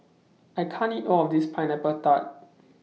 I can't eat All of This Pineapple Tart